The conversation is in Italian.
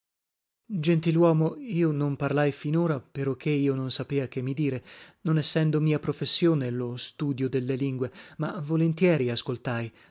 gentiluomo io non parlai fin ora peroché io non sapea che mi dire non essendo mia professione lo studio delle lingue ma volentieri ascoltai